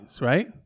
right